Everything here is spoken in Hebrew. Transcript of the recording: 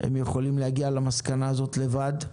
הם יכולים להגיע למסקנה הזאת לבד.